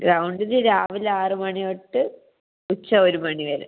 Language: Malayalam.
ഗ്രൗണ്ടില് രാവിലെ ആറ് മണി തൊട്ട് ഉച്ച ഒരു മണി വരെ